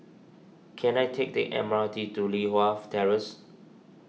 can I take the M R T to Li Hwan Terrace